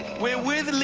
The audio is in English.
we're with